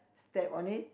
step on it